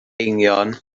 eingion